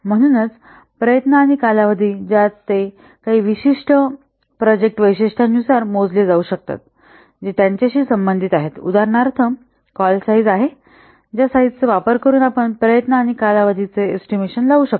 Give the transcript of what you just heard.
म्हणूनच प्रयत्न आणि कालावधी ज्यात ते काही विशिष्ट प्रोजेक्ट वैशिष्ट्यांनुसार मोजले जाऊ शकतात जे त्याच्याशी संबंधित आहेत उदाहरणार्थ कॉल साईझ आहे ज्या साईझ चा वापर करून आपण प्रयत्न आणि कालावधीचा एस्टिमेशन लावू शकतो